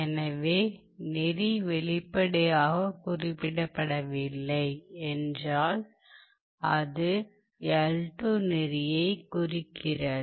எனவே நெறி வெளிப்படையாகக் குறிப்பிடப்படவில்லை என்றால் அது l2 நெறியைக் குறிக்கிறது